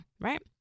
Right